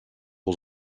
aux